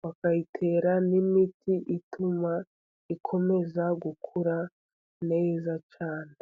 bakayitera n'imiti ituma ikomeza gukura neza cyane.